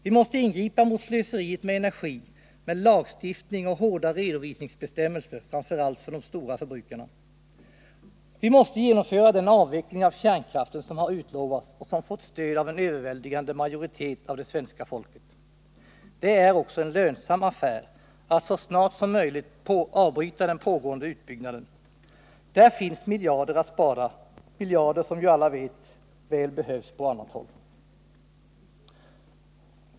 Vi måste ingripa mot slöseriet med energi med lagstiftning och hårda redovisningsbestämmelser, framför allt för de stora förbrukarna. Vi måste genomföra den avveckling av kärnkraften som har utlovats och som fått stöd av en överväldigande majoritet av svenska folket. Det är också en lönsam affär att så snart som möjligt avbryta den pågående utbyggnaden. Där finns miljarder att spara, miljarder som ju alla vet väl behövs på annat håll.